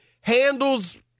handles